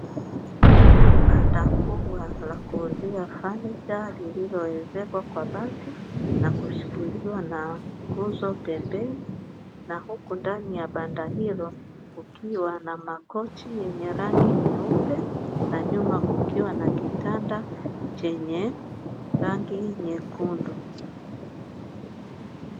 Banda kubwa la kuuzia fanicha lililoezekwa kwa bati na kushikiliwa na nguzo pembeni, na huku ndani ya banda hilo kukiwa na makochi yenye rangi nyeupe, na nyuma kukiwa na kitanda chenye rangi nyekundu.